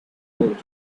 old